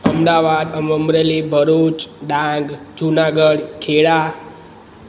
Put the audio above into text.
Ahmedabad Amreli Bharuch Dang Junagadh Kheda